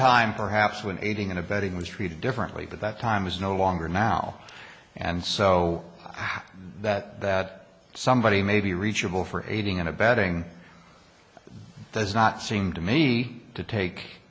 time perhaps when aiding and abetting was treated differently but that time is no longer now and so that that somebody may be reachable for aiding and abetting does not seem to me to take